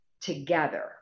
together